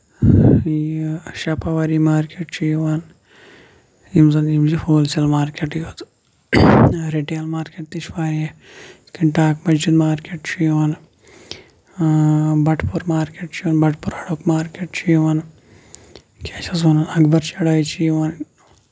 یہِ شاپاوری مارکیٹ چھُ یِوان یِم زَن یِم ہول سیل مارکیٹٕے یوت رِٹیل مارکیٹ تہِ چھ واریاہ کَنٹیمینٹ مارکیٹ چھُ یِوان بَٹہٕ پوٗر مارکیٹ چھُ بَٹہٕ پوٗر اَڈُک مارکیٹ چھُ یِوان کیاہ چھِ یَتھ وَنان اَکبر چَڑٲے چھِ یِوان